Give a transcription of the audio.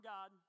God